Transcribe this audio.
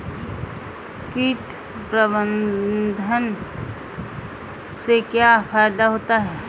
कीट प्रबंधन से क्या फायदा होता है?